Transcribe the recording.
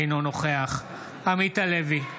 אינו נוכח עמית הלוי,